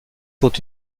sont